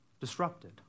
disrupted